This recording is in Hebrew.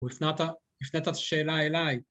‫הוא הפנה את השאלה אליי.